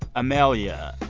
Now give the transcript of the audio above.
amelia,